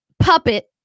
puppet